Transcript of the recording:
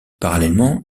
parallèlement